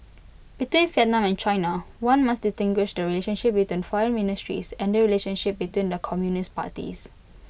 between Vietnam and China one must distinguish the relationship between foreign ministries and the relationship between the communist parties